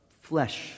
flesh